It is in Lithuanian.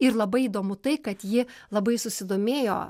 ir labai įdomu tai kad ji labai susidomėjo